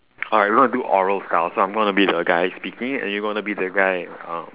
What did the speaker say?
alright we are gonna do oral style so I'm gonna be the guy speaking and you gonna be the guy um